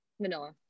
Vanilla